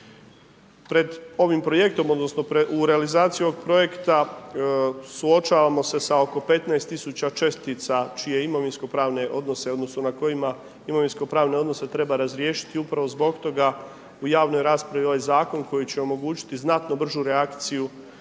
Pred ovim projektom, odnosno u realizaciji ovog projekta suočavamo se sa oko 15 tisuća čestica čije imovinsko-pravne odnose, odnosno na kojima imovinsko pravne odnose treba razriješiti upravo zbog toga u javnoj raspravi je ovaj zakon koji će omogućiti znatno bržu reakciju.